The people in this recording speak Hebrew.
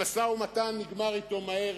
המשא-ומתן אתו נגמר מהר,